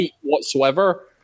whatsoever